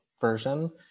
version